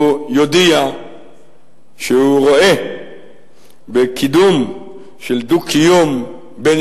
הוא יודיע שהוא רואה בקידום של דו-קיום בין